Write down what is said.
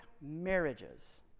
marriages